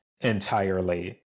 entirely